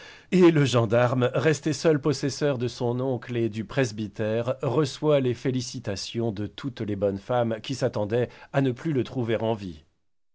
et le gendarme resté seul possesseur de son oncle et du presbytère reçoit les félicitations de toutes les bonnes femmes qui s'attendaient à ne plus le trouver en